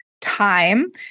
time